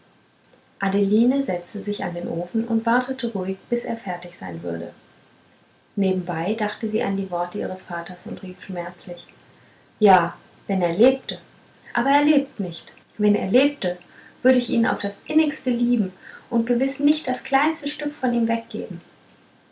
adeline setzte sich an den ofen und wartete ruhig bis er fertig sein würde nebenbei dachte sie an die worte ihres vaters und rief schmerzlich ja wenn er lebte aber er lebt nicht wenn er lebte würde ich ihn aufs innigste liebes und gewiß nicht das kleinste stück von ihm weggeben